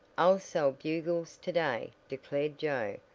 i'll sell bugles to-day, declared joe,